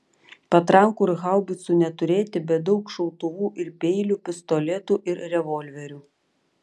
patrankų ir haubicų neturėti bet daug šautuvų ir peilių pistoletų ir revolverių